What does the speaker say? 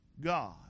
God